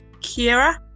Kira